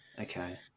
Okay